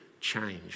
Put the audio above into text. change